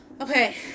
Okay